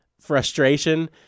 frustration